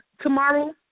tomorrow